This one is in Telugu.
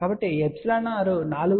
కాబట్టి εr 4